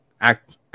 act